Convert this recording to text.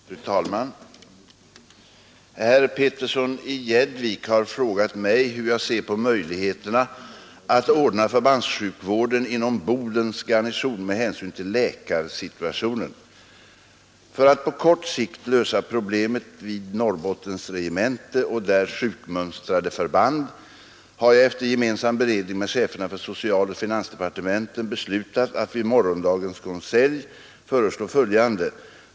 Fru talman! Herr Petersson i Gäddvik har frågat mig hur jag ser på möjligheterna att ordna förbandssjukvården inom Bodens garnison med hänsyn till läkarsituationen. För att på kort sikt lösa problemet vid Norrbottens regemente och där sjukmönstrande förband har jag efter gemensam beredning med cheferna för socialoch finansdepartementen beslutat att vid morgondagens konselj föreslå följande.